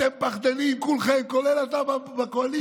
אתם פחדנים כולכם, כולל אתה, בקואליציה.